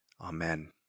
Amen